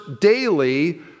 daily